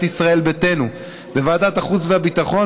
ישראל ביתנו בוועדות הבאות: בוועדת החוץ והביטחון,